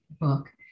book